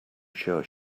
sure